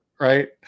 right